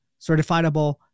certifiable